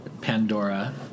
Pandora